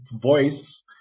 voice